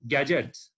Gadgets